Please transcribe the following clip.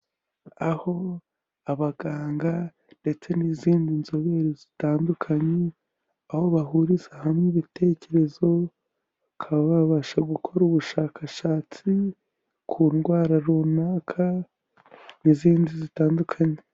Aho abaganga ndetse n'izindi nzobere zitandukanye, aho bahuriza hamwe ibitekerezo, bakaba babasha gukora ubushakashatsi ku ndwara runaka n'izindi zitandukanye.